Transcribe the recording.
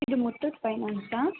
ಇದು ಮುತ್ತೂಟ್ ಫೈನಾನ್ಸಾ